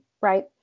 right